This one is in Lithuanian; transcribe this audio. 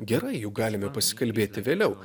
gerai juk galime pasikalbėti vėliau